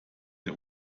der